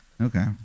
Okay